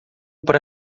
para